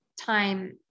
time